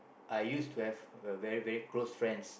I used to have a very very close friends